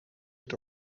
het